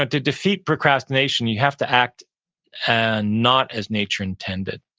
ah to defeat procrastination, you have to act and not as nature intended,